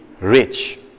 rich